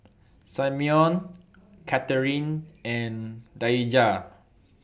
Simeon Cathrine and Daija